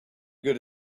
good